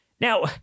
Now